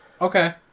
Okay